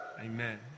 Amen